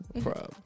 Problem